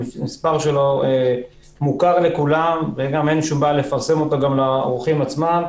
המספר שלו מוכר לכולם ואין שום בעיה לפרסם אותו לאורחים עצמם.